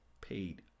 paid